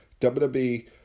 WWE